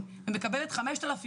אז קודם כל, תודה.